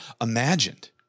imagined